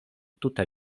tuta